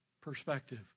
perspective